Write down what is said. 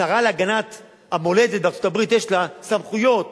השרה להגנת המולדת בארצות-הברית, יש לה סמכויות